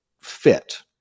fit